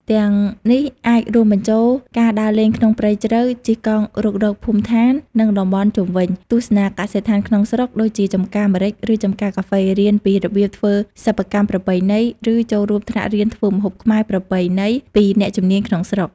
ទាំងនេះអាចរួមបញ្ចូលការដើរលេងក្នុងព្រៃជ្រៅ ជិះកង់រុករកភូមិដ្ឋាន និងតំបន់ជុំវិញ ទស្សនាកសិដ្ឋានក្នុងស្រុក ដូចជាចម្ការម្រេច ឬចម្ការកាហ្វេ រៀនពីរបៀបធ្វើសិប្បកម្មប្រពៃណី ឬចូលរួមថ្នាក់រៀនធ្វើម្ហូបខ្មែរប្រពៃណីពីអ្នកជំនាញក្នុងស្រុក។